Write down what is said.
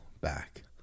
back